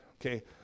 Okay